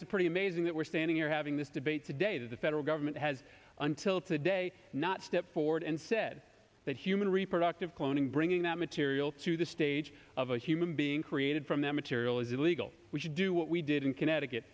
it's pretty amazing that we're standing here having this debate today that the federal government has until today not stepped forward and said that human reproductive cloning bringing that material to the stage of a human being created from that material is illegal we should do what we did in connecticut